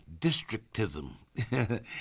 districtism